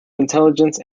intelligence